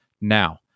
Now